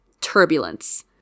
turbulence